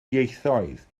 ieithoedd